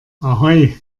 ahoi